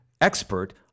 expert